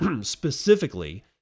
specifically